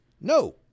No